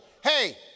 Hey